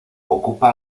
ocupa